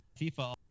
FIFA